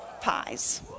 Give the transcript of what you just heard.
pies